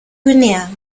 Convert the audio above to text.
guinea